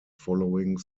following